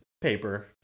paper